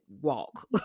walk